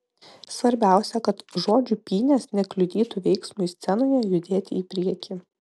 svarbiausia kad žodžių pynės nekliudytų veiksmui scenoje judėti į priekį